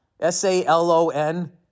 S-A-L-O-N